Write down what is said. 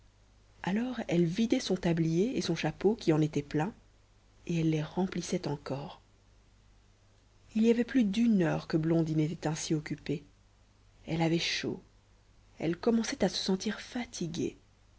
alors elle vidait son tablier et son chapeau qui en étaient pleins et elle les remplissait encore il y avait plus d'une heure que blondine était ainsi occupée elle avait chaud elle commençait à se sentir fatiguée